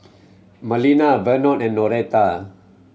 Melina Vernon and Noretta